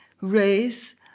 race